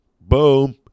boom